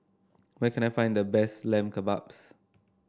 where can I find the best Lamb Kebabs